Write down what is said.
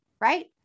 right